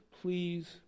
please